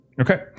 Okay